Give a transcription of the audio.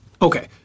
Okay